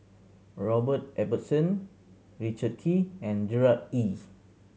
Robert Ibbetson Richard Kee and Gerard Ee